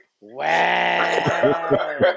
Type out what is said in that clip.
Wow